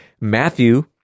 Matthew